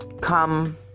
come